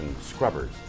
scrubbers